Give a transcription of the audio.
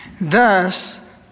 thus